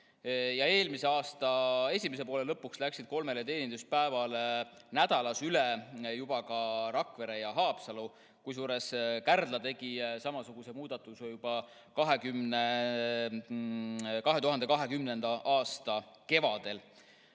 Eelmise aasta esimese poole lõpuks läksid kolmele teeninduspäevale nädalas üle ka Rakvere ja Haapsalu, kusjuures Kärdla tegi samasuguse muudatuse juba 2020. aasta kevadel.